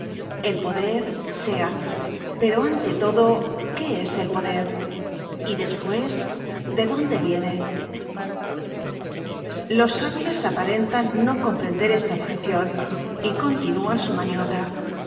el poder sea pero ante todo qué es el poder y después de dónde viene content from google book search generated at los hábiles aparentan no comprender esta objecion y continúan su maniobra